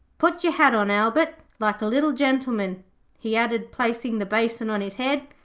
put your hat on, albert, like a little gentleman he added, placing the basin on his head.